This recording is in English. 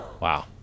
Wow